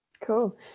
Cool